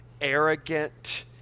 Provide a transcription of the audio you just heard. arrogant